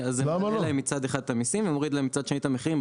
זה מעלה להם מצד אחד את המיסים ומוריד להם מצד שני את המחירים.